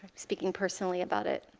speaking personally about it.